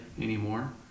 anymore